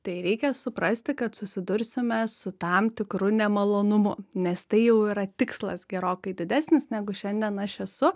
tai reikia suprasti kad susidursime su tam tikru nemalonumu nes tai jau yra tikslas gerokai didesnis negu šiandien aš esu